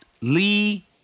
Lee